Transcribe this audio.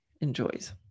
enjoys